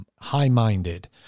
high-minded